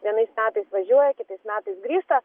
vienais metais važiuoja kitais metais grįžta